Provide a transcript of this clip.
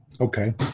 Okay